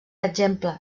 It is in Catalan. exemple